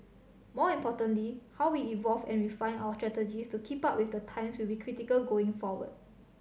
more importantly how we evolve and refine our strategies to keep up with the times will be critical going forward